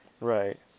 Right